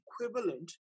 equivalent